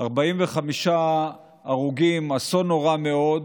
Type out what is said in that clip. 45 הרוגים, אסון נורא מאוד.